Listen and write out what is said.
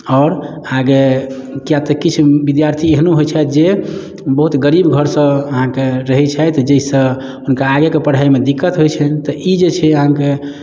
आओर आगे किए तऽ किछु विद्यार्थी एहनो होइ छथि जे बहुत गरीब घर सऽ अहाँके रहै छथि जेहिसँ हुनका आगेके पढ़ाइमे दिक्कत होइ छनि तऽ ई जे छै अहाँके